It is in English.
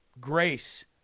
grace